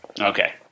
Okay